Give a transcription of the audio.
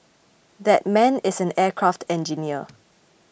that man is an aircraft engineer